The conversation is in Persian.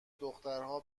دخترها